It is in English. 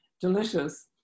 delicious